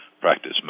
practice